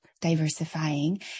diversifying